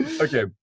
Okay